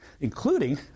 including